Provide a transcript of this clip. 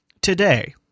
today –